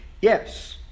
Yes